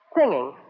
Singing